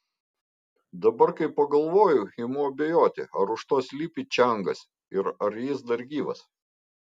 dabar kai pagalvoju imu abejoti ar už to slypi čiangas ir ar jis dar gyvas